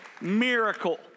miracle